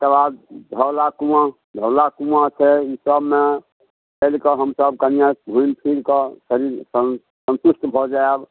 ताहिके बाद धौलाकुआँ धौलाकुआँ छै ईसबमे चलिकऽ हमसब कनिए घुमिफिरिकऽ कनिसन सन्तुष्ट भऽ जाएब